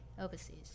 overseas